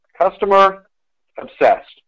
customer-obsessed